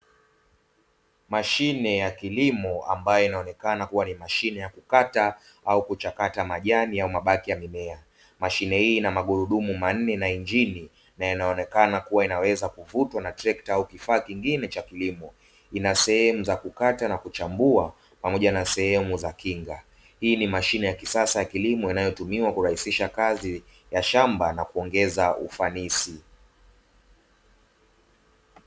Mashine ya kilimo ambayo inaonekana kuwa ni mashine ya kukata au kuchakata majani au mabaki ya mimea . Mashine hii ina agurudumu manne na injini na inaonekana kuwa inaweza kuvutwa na trekta au kifaa kingine cha kilimo. Ina sehemu za kukata na kuchambua pamoja na sehemu za kinga, hii ni mashine ya kisasa ya kilimo inayotumiwa kurahisisha kazi ya shamba na kuongeza ufanisi.